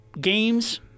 games